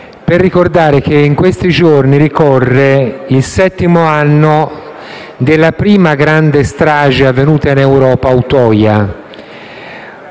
per ricordare che in questi giorni ricorre il settimo anno dalla prima grande strage avvenuta in Europa a Utøya.